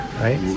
right